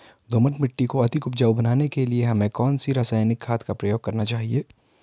दोमट मिट्टी को अधिक उपजाऊ बनाने के लिए हमें कौन सी रासायनिक खाद का प्रयोग करना चाहिए?